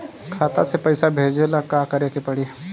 खाता से पैसा भेजे ला का करे के पड़ी?